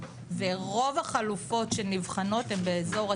ורוב החלופות שנבחנות הן באזור אשדוד.